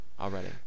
already